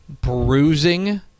bruising